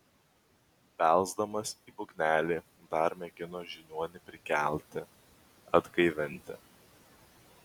belsdamas į būgnelį dar mėgino žiniuonį prikelti atgaivinti